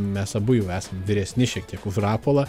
mes abu jau esam vyresni šiek tiek už rapolą